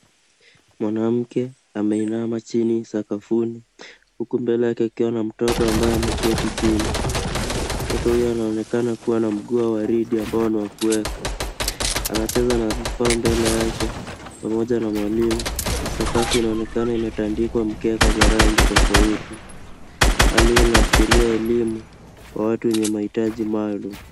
Mwanamke ameinama chini sakafuni huku mbele yake ikiwa na mtoto ambaye ameketi chini, mtoto huyu anaonekana kua na mguu wa waridi ambao ni wa kuweka, anacheza na vifaa mbele yake pamoja na mwallimu na sakafu inaonekana imetandikwa mkeka za rangi tofauti. Hali inaashiria elimu wa watu wenye mahitaji maalum.